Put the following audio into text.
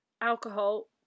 Alcohol